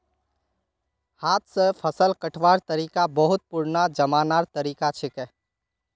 हाथ स फसल कटवार तरिका बहुत पुरना जमानार तरीका छिके